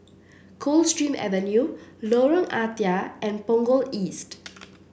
Coldstream Avenue Lorong Ah Thia and Punggol East